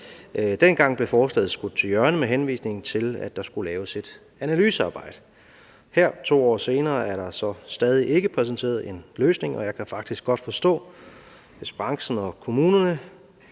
Dengang blev forslaget skudt til hjørne med henvisning til, at der skulle laves et analysearbejde. Her 2 år senere er der så stadig ikke præsenteret en løsning, og jeg kan faktisk godt forstå, hvis branchen og kommunerne